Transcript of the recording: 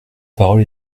parole